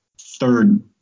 third